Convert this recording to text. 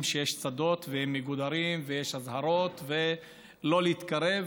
שיש שדות והם מגודרים ויש אזהרות לא להתקרב,